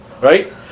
right